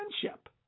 friendship